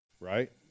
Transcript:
right